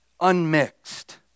unmixed